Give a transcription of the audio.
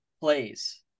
plays